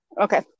Okay